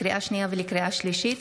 לקריאה שנייה ולקריאה שלישית,